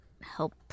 help